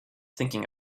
thinking